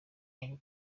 abo